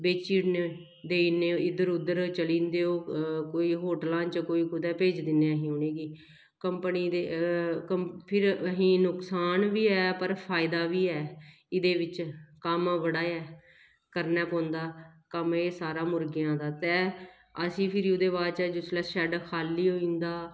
बेची ओड़ने देई ओड़ने इद्धर उद्धर चली जंदे ओह् कोई होटलां च कोई कुदै भेजी देन्ने अस उ'नेंगी कंपनी दे फिर असेंगी नुकसान बी ऐ पर फायदा बी ऐ एह्दे बिच्च कम्म बड़ा ऐ करना पौंदा कम्म एह् सारा मुर्गेआं दे ते असीं फिर बाद च जिसलै शैड्ड खाल्ली होई जंदा